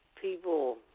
people